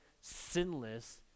sinless